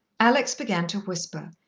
alex began to whisper,